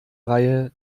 reihe